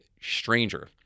stranger